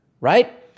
Right